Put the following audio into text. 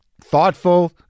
thoughtful